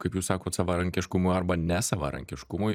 kaip jūs sakot savarankiškumui arba nesavarankiškumui